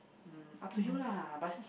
um up to you lah but